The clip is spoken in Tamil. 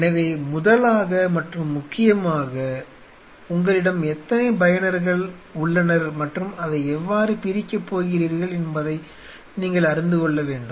எனவே முதலாக மற்றும் முக்கியமாக உங்களிடம் எத்தனை பயனர்கள் உள்ளனர் மற்றும் அதை எவ்வாறு பிரிக்கப் போகிறீர்கள் என்பதை நீங்கள் அறிந்து கொள்ள வேண்டும்